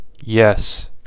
Yes